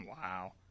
Wow